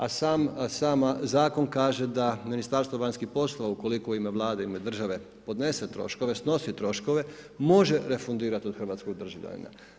A sam zakon kaže da Ministarstvo vanjskih poslova ukoliko u ime Vade, u ime države, podnese troškove, snosi troškove, može refundirati od hrvatskih državljanina.